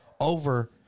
over